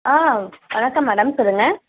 வணக்கம் மேடம் சொல்லுங்க